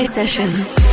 sessions